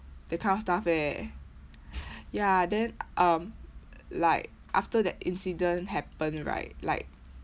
that kind of stuff eh ya then um like after the incident happened right like